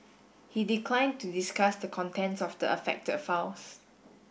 he declined to discuss the contents of the affected files